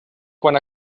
quan